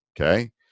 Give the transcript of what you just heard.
Okay